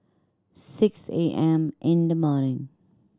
six A M in the morning